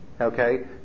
Okay